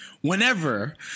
whenever